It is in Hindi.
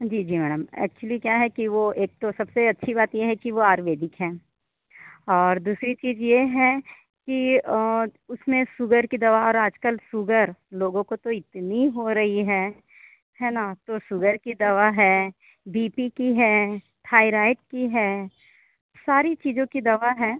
जी जी मैडम एक्च्युली क्या है कि वो एक तो सबसे अच्छी बात है कि वो आयुर्वेदिक हैं और दूसरी चीज़ ये है कि उसमें सूगर की दवा और आज कल सूगर लोगों को तो इतनी हो रही है हैं ना तो सूगर की दवा है बी पी की हैं थायरॉइड की हैं सारी चीज़ों की दवा हैं